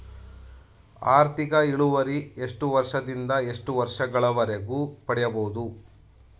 ಆರ್ಥಿಕ ಇಳುವರಿ ಎಷ್ಟು ವರ್ಷ ದಿಂದ ಎಷ್ಟು ವರ್ಷ ಗಳವರೆಗೆ ಪಡೆಯಬಹುದು?